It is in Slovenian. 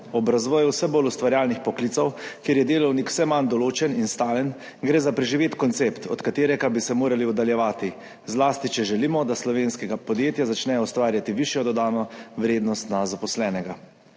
Ob razvoju vse bolj ustvarjalnih poklicev, kjer je delovnik vse manj določen in stalen, gre za preživet koncept, od katerega bi se morali oddaljevati, zlasti če želimo, da slovenska podjetja začnejo ustvarjati višjo dodano vrednost na zaposlenega.